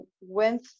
went